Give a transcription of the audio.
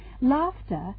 laughter